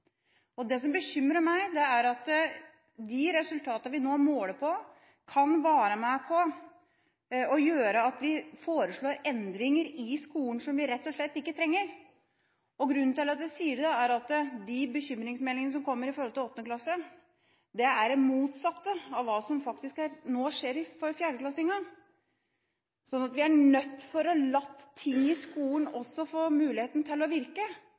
Det som bekymrer meg, er at de resultatene vi nå måler på, kan være med på å gjøre at vi foreslår endringer i skolen som vi rett og slett ikke trenger. Grunnen til at jeg sier det, er at de bekymringsmeldingene som kommer når det gjelder åttende klasse, er det motsatte av hva som nå kommer for fjerdeklassingene. Vi er nødt til å la ting i skolen få muligheten til å virke.